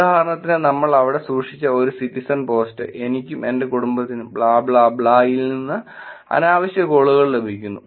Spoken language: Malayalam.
ഉദാഹരണത്തിന് നമ്മൾ അവിടെ സൂക്ഷിച്ച ഒരു സിറ്റിസൺ പോസ്റ്റ് എനിക്കും എന്റെ കുടുംബത്തിനും ബ്ലാ ബ്ലാ ബ്ലാ ബ്ലായിൽ നിന്ന് അനാ വശ്യ കോളുകൾ ലഭിക്കുന്നു